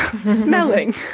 smelling